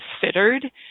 considered